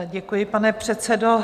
Děkuji, pane předsedo.